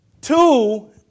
Two